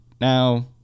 Now